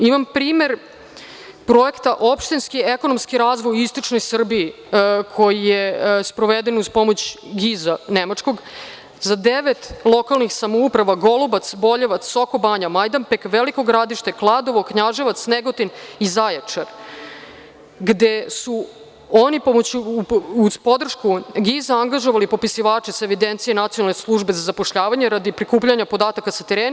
Imam primer projekta opštinski i ekonomski razvoj u istočnoj Srbiji, koji je sproveden uz pomoć GIZ-a nemačkog, za devet lokalnih samouprava Golubac, Boljevac, Soko Banja, Majdanpek, Veliko Gradište, Kladovo, Knjaževac, Negotin i Zaječar, gde su oni uz podršku GIZ-a angažovali popisivače sa evidencije nacionalne službe za zapošljavanje radi prikupljanja podataka sa terena.